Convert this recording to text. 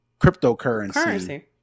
cryptocurrency